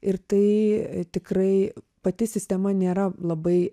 ir tai tikrai pati sistema nėra labai